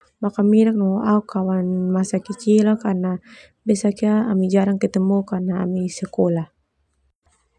Nakaminak no au kawan kecil karna besak ia ami jarang ketemu karna ami sekolah.